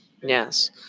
Yes